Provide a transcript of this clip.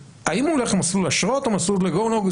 האם הוא הולך למסלול האשרות או מסלול ל- go no go?